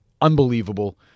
unbelievable